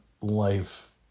life